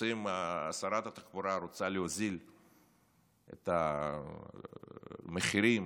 שרת התחבורה רוצה להוריד את המחירים